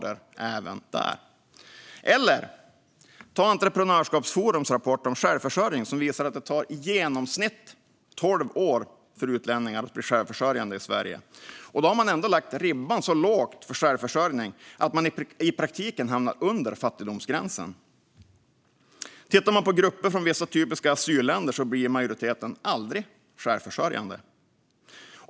Eller ta Entreprenörskapsforums rapport om självförsörjning, som visar att det tar i genomsnitt tolv år för utlänningar att bli självförsörjande i Sverige. Då har man ändå lagt ribban för självförsörjning så lågt att den i praktiken hamnar under fattigdomsgränsen. Tittar man på grupper från vissa typiska asylländer kan man konstatera att majoriteten aldrig blir självförsörjande.